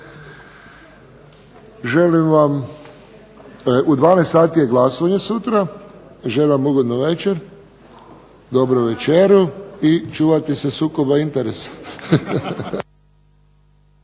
u 12 sati je glasovanje sutra, želim vam ugodno večer, dobru večeru i čuvajte se sukoba interesa.